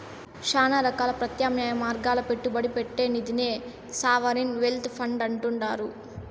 శానా రకాల ప్రత్యామ్నాయ మార్గాల్ల పెట్టుబడి పెట్టే నిదినే సావరిన్ వెల్త్ ఫండ్ అంటుండారు